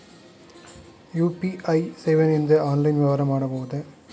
UPI ಸೇವೆಯಿಂದ online ವ್ಯವಹಾರ ಮಾಡಬಹುದೇ?